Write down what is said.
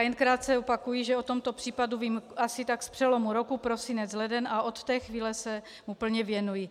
Jen krátce opakuji, že o tomto případu vím asi z přelomu roku, prosinec leden, a od té chvíle se mu plně věnuji.